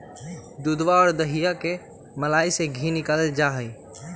दूधवा और दहीया के मलईया से धी निकाल्ल जाहई